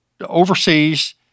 overseas